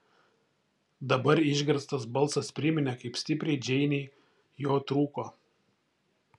dabar išgirstas balsas priminė kaip stipriai džeinei jo trūko